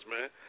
man